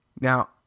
Now